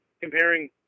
comparing